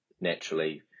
naturally